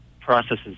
processes